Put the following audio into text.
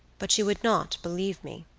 but you would not believe me.